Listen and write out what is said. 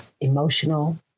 emotional